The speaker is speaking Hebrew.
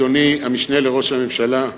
אדוני המשנה לראש הממשלה?